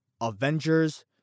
Avengers